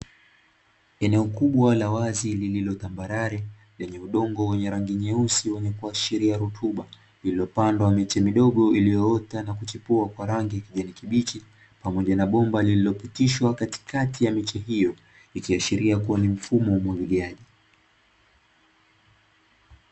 Eneo kubwa la wazi lililotambarare, lenye udongo wenye rangi nyeusi wenye kuashiria rutuba, iliyopandwa miche midogo iliyoota na kuchipua kwa rangi ya kijani kibichi pamoja na bomba lililopitishwa katikati ya miche hiyo, ikiashiria kuwa ni mfumo wa umwagiliaji.